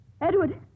Edward